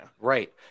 Right